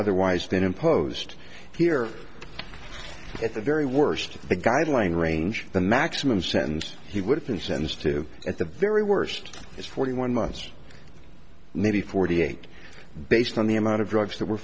otherwise been imposed here at the very worst the guideline range the maximum sentence he would have been sentenced to at the very worst is forty one months maybe forty eight based on the amount of drugs